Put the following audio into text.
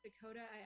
Dakota